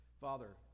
Father